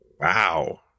Wow